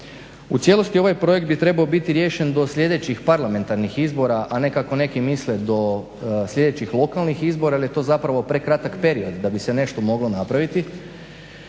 U cijelosti ovaj projekt bi trebao biti riješen do sljedećih parlamentarnih izbora, a ne kako neki misle do sljedećih lokalnih izbora, jer je to zapravo prekratak period da bi se nešto moglo napraviti.